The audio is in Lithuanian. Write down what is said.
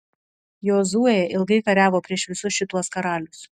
jozuė ilgai kariavo prieš visus šituos karalius